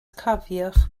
cofiwch